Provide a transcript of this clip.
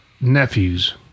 nephews